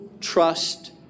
trust